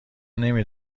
نمی